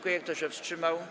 Kto się wstrzymał?